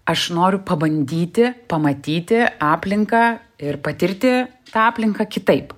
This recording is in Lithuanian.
aš noriu pabandyti pamatyti aplinką ir patirti tą aplinką kitaip